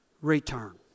return